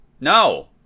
No